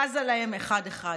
בזה להם אחד אחד".